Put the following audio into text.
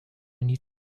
need